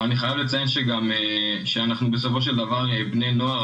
אבל אני חייב לציין שאנחנו בסופו של דבר בני נוער,